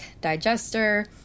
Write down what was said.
digester